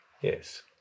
Yes